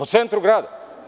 U centru grada.